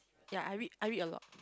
ya I read I read a lot